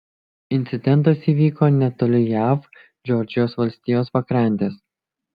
incidentas įvyko netoli jav džordžijos valstijos pakrantės